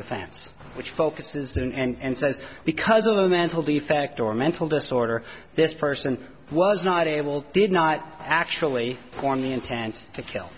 defense which focuses in and says because of a mental defect or mental disorder this person was not able did not actually form the intent to kill